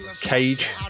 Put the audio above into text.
Cage